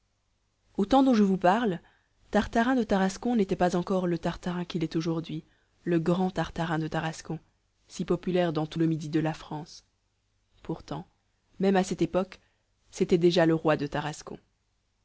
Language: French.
temps dont je vous parle tartarin de tarascon n'était pas encore le tartarin qu'il est aujourd'hui le grand tartarin de tarascon si populaire dans tout le midi de la france pourtant même à cette époque cétait déjà le roi de tarascon